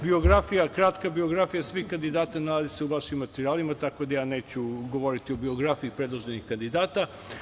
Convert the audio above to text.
Kratka biografija svih kandidata nalazi se u vašim materijalima, tako da ja neću govoriti o biografiji predloženih kandidata.